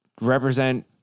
represent